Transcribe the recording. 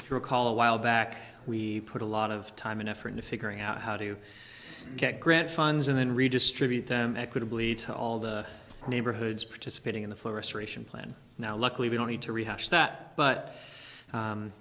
recall a while back we put a lot of time and effort into figuring out how do you get grant funds and then redistribute them equitably to all the neighborhoods participating in the florist ration plan now luckily we don't need to rehash that but